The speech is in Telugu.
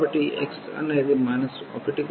కాబట్టి x అనేది 1 కి సమానం మరియు x విలువ 2